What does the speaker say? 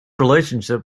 relationship